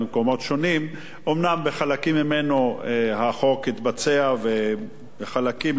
אומנם בחלקים ממנו החוק התבצע וחלקים לא הצלחנו.